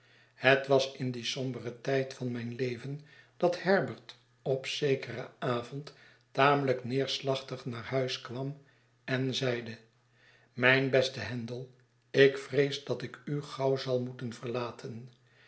het was in dien somberen tijd van mijn leven dat herbert op zekeren avond tamelijk neerslachtig naar huis kwam en zeide mijn beste handel ik vrees dat ik u gau w zal moeten verlaten